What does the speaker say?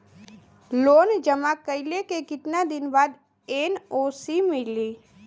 Loan जमा कइले के कितना दिन बाद एन.ओ.सी मिली?